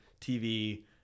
tv